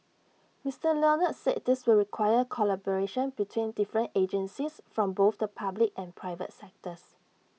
Mister Leonard said this would require collaboration between different agencies from both the public and private sectors